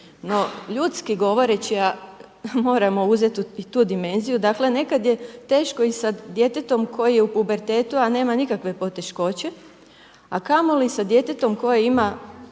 no ljudski govoreći a moramo uzeti i tu dimenziju, dakle nekad je teško i sa djetetom koje je u pubertetu a nema nikakve poteškoće, a kamoli sa djetetom koje ima